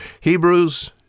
Hebrews